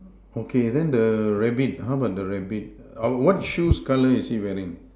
okay then the rabbit how about the rabbit ah what shoes colour is he wearing